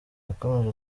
yakomeje